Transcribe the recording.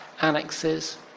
annexes